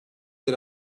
yer